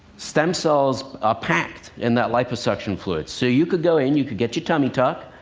stem cells are packed in that liposuction fluid. so you could go in, you could get your tummy-tuck.